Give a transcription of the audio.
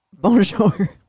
Bonjour